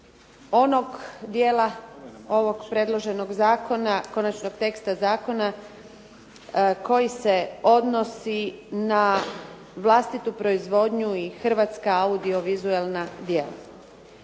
onog dijela ovog predloženog zakona, konačnog teksta zakona koji se odnosi na vlastitu proizvodnju i hrvatska audiovizualna djela.